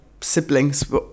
siblings